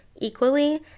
equally